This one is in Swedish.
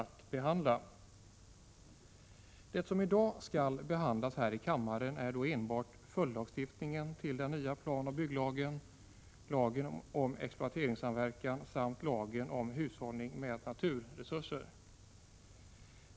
Det som i dag skall behandlas här i kammaren är då enbart följdlagstiftningen till den nya planoch bygglagen, lagen om exploateringssamverkan samt lagen om hushållning med naturresurser.